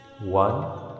One